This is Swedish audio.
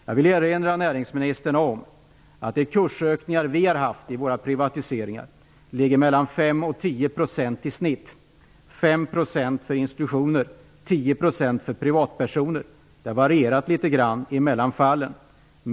Jag vill erinra näringsministern om att de kursökningar vi har haft i våra privatiseringar ligger mellan 10 procent för privatpersoner - det har varierat litet grand mellan fallen.